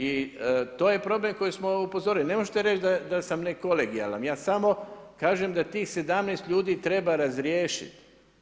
I to je problem koji smo upozorili, ne možete reći da sam nekolegijalan, ja samo kažem da tih 17 ljudi treba razriješiti.